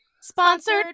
Sponsored